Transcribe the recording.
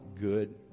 good